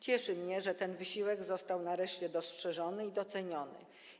Cieszy mnie, że ten wysiłek został nareszcie dostrzeżony i doceniony.